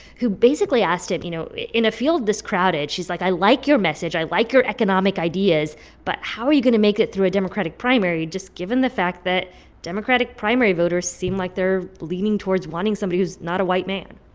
who basically asked him you know, in a field this crowded she's like, i like your message i like your economic ideas but how are you going to make it through a democratic primary just given the fact that democratic primary voters seem like they're leaning towards wanting somebody who's not a white man?